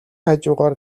хажуугаар